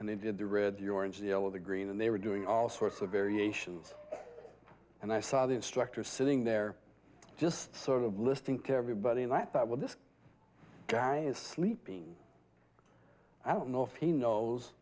and they did they read your into the l of the green and they were doing all sorts of variations and i saw the instructor sitting there just sort of listening to everybody and i thought well this guy is sleeping i don't know if he knows